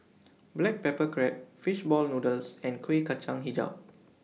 Black Pepper Crab Fish Ball Noodles and Kuih Kacang Hijau